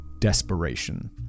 desperation